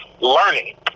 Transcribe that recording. learning